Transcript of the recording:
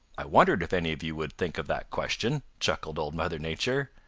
i wondered if any of you would think of that question, chuckled old mother nature.